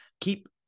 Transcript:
keep